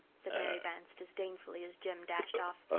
said mary vance disdainfully as jem dashed off.